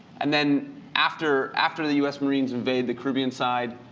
and then after after the us marines invaded the caribbean side,